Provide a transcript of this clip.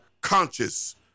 conscious